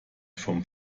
vom